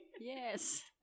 Yes